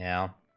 l